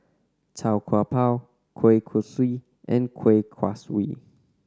Tau Kwa Pau kueh kosui and Kueh Kaswi